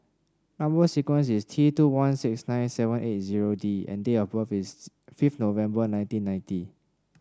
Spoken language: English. number sequence is T two one six nine seven eight zero D and date of birth is fifth November nineteen ninety